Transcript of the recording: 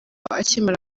akimara